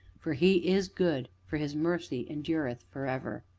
for he is good, for his mercy endureth forever.